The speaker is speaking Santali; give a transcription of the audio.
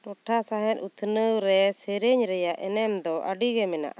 ᱴᱚᱴᱷᱟ ᱥᱟᱶᱦᱮᱫ ᱩᱛᱷᱱᱟᱹᱣ ᱨᱮ ᱥᱮᱹᱨᱮᱹᱧ ᱨᱮᱭᱟᱜ ᱮᱱᱮᱢ ᱫᱚ ᱟᱹᱰᱤ ᱜᱮ ᱢᱮᱱᱟᱜ ᱟᱠᱟᱫᱟ